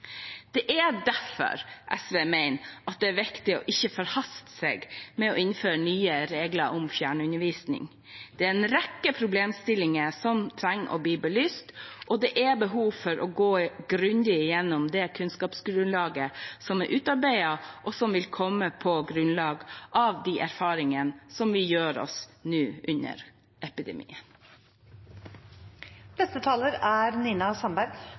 Det er derfor SV mener at det er viktig ikke å forhaste seg med å innføre nye regler om fjernundervisning. Det er en rekke problemstillinger som trenger å bli belyst, og det er behov for å gå grundig gjennom det kunnskapsgrunnlaget som er utarbeidet, og som vil komme på grunnlag av de erfaringene som vi gjør oss nå under